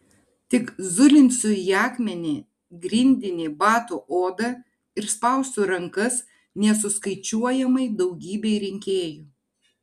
tik zulinsiu į akmeninį grindinį batų odą ir spausiu rankas nesuskaičiuojamai daugybei rinkėjų